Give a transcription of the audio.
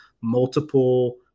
Multiple